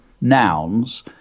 nouns